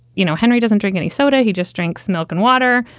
you know, henry doesn't drink any soda, he just drinks milk and water.